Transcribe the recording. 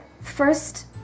first